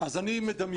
אז אני מדמיין,